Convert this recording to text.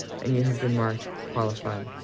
and you have been marked qualified.